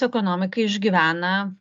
ekonomika išgyvena